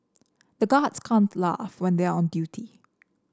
the guards can't laugh when they are on duty